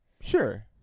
Sure